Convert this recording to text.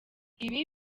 ibi